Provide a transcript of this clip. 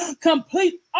Complete